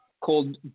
called